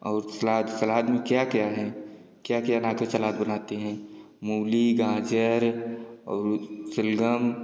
और salad salad में क्या क्या है क्या क्या मिला कर सलाद बनाते हैं मूली गाजर और शलजम